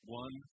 one